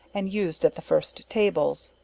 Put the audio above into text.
and used at the first tables.